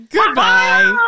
Goodbye